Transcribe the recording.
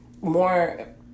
more